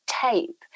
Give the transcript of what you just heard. tape